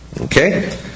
Okay